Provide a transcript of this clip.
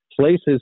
places